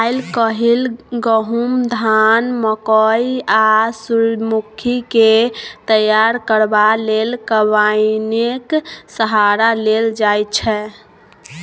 आइ काल्हि गहुम, धान, मकय आ सूरजमुखीकेँ तैयार करबा लेल कंबाइनेक सहारा लेल जाइ छै